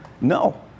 No